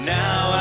now